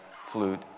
flute